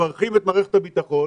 מערכת הביטחון